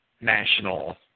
national